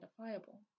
identifiable